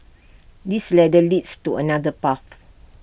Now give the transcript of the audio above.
this ladder leads to another path